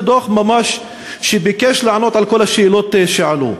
זה דוח שממש ביקש לענות על כל השאלות שעלו.